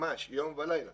ממש יום ולילה.